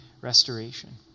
restoration